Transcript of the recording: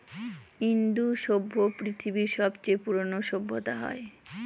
ইন্দু সভ্য পৃথিবীর সবচেয়ে পুরোনো সভ্যতা হয়